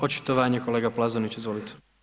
Očitovanje kolega Plaznoić, izvolite.